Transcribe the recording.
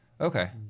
Okay